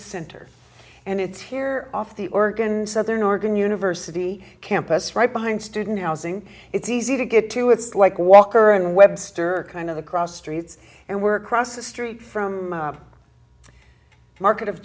center and it's here off the organ and southern oregon university campus right behind student housing it's easy to get to it's like walker and webster kind of the cross streets and work cross the street from market of